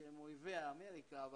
שהם אויבי אמריקה,